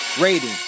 rating